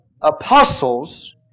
apostles